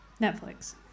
Netflix